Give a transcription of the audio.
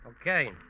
Okay